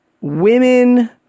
women